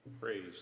Praise